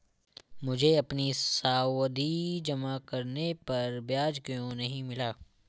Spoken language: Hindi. मुझे अपनी सावधि जमा पर ब्याज क्यो नहीं मिला?